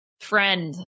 friend